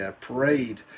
parade